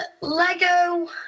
Lego